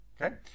Okay